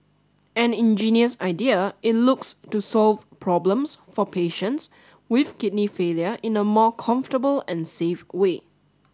an ingenious idea it looks to solve problems for patients with kidney failure in a more comfortable and safe way